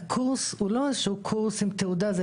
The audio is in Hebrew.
הקורס הוא לא איזה שהוא קורס עם תעודה; זה